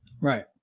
right